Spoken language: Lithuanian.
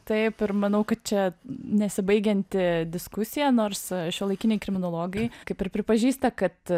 taip ir manau kad čia nesibaigianti diskusija nors šiuolaikiniai kriminologai kaip ir pripažįsta kad